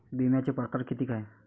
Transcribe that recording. बिम्याचे परकार कितीक हाय?